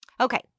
Okay